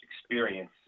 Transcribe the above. experience